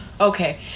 okay